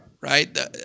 right